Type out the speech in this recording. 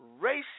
racism